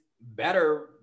better